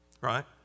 right